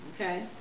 okay